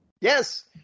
Yes